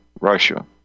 Russia